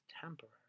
temporary